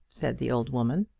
said the old woman.